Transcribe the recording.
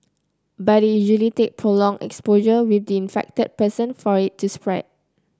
but it usually take prolonged exposure with the infected person for it to spread